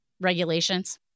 regulations